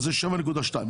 אם כן, זה 7.2 מיליון.